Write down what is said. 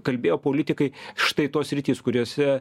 kalbėjo politikai štai tos sritys kuriose